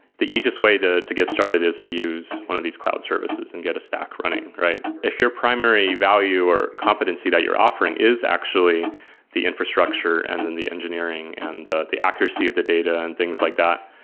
the easiest way to to get started is to use one of these cloud services and get a stack running. if your primary value or competency that your offering is actually the infrastructure and then engineering and the the accuracy of the data and things like that.